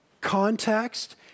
context